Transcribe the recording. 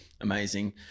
amazing